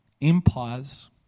empires